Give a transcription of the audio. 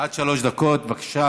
סבטלובה, עד שלוש דקות, בבקשה.